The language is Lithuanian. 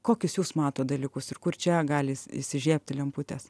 kokius jūs matot dalykus ir kur čia gali įsižiebti lemputės